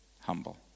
humble